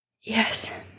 Yes